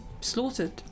slaughtered